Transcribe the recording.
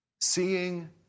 Seeing